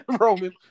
Roman